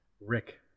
Rick